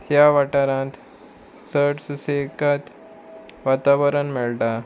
ह्या वाठारांत चड सुशेगाद वातावरण मेळटा